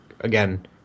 again